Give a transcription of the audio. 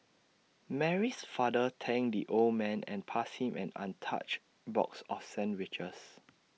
Mary's father thanked the old man and passed him an untouched box of sandwiches